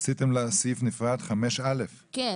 עשיתם לה סעיף נפרד 5א. כן.